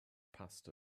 passed